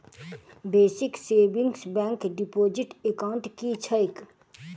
Basic savings bank deposit account की छैक?